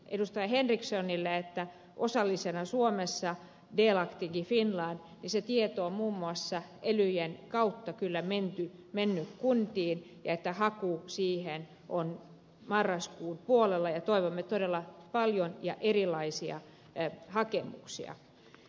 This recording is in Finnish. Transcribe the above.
henrikssonille että hankkeesta osallisena suomessa delaktig i finland tieto on muun muassa elyjen kautta kyllä mennyt kuntiin ja haku siihen on marraskuun puolella ja toivomme todella paljon ja erilaisia hakemuksia